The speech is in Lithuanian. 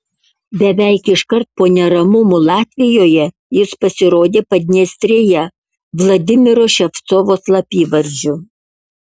beveik iškart po neramumų latvijoje jis pasirodė padniestrėje vladimiro ševcovo slapyvardžiu